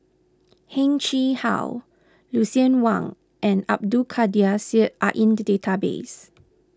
Heng Chee How Lucien Wang and Abdul Kadir Syed are in the database